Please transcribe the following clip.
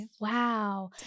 Wow